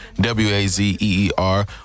W-A-Z-E-E-R